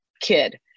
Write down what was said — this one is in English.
kid